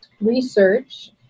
research